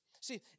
See